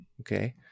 okay